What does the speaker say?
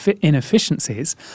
inefficiencies